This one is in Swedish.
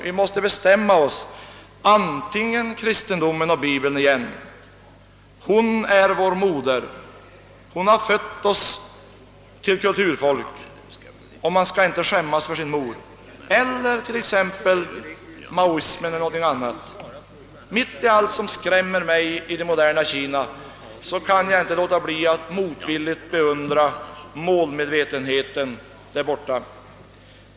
Vi måste bestämma oss för antingen kristendom och bibel på nytt — hon är vår moder, hon har gjort oss till kulturfolk, och man skall inte skämmas för sin mor — eller för maoismen eller någonting annat. Trots allt som skrämmer mig i det moderna Kina kan jag inte låta bli att motvilligt beundra målmedvetenheten där borta.